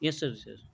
yes sir sir